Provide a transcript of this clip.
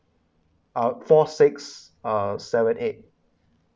uh four six uh seven eight